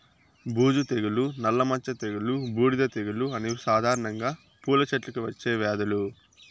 బూజు తెగులు, నల్ల మచ్చ తెగులు, బూడిద తెగులు అనేవి సాధారణంగా పూల చెట్లకు వచ్చే వ్యాధులు